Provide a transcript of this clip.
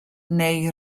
neu